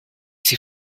sie